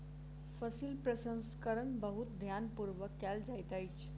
फसील प्रसंस्करण बहुत ध्यान पूर्वक कयल जाइत अछि